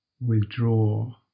withdraw